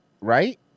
Right